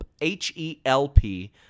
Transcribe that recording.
H-E-L-P